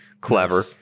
clever